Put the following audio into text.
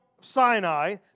Sinai